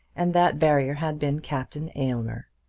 and that barrier had been captain aylmer.